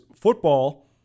football